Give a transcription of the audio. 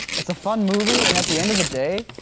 it's a fun movie and at the end of the day,